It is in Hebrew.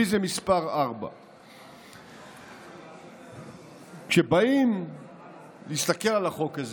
מי זה מס' 4. כשבאים להסתכל על החוק הזה,